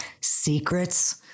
secrets